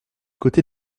côté